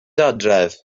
adref